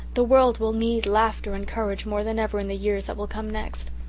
the world will need laughter and courage more than ever in the years that will come next.